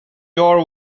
your